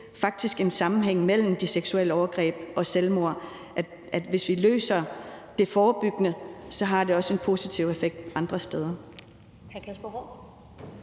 faktisk se en sammenhæng mellem de seksuelle overgreb og selvmord, altså at hvis vi løser det forebyggende, har det også en positiv effekt andre steder.